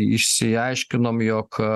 išsiaiškinom jog